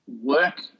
work